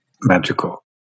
magical